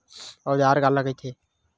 औजार काला कइथे?